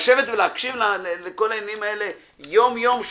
לשבת ולהקשיב לכל העניינים האלה יום-יום,